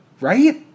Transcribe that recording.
right